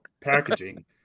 packaging